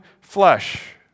flesh